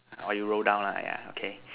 or you roll down lah ya okay